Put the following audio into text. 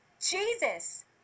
Jesus